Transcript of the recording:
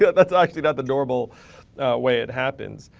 yeah that's actually not the normal way it happens.